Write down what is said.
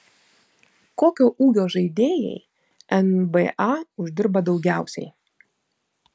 kokio ūgio žaidėjai nba uždirba daugiausiai